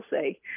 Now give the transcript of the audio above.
say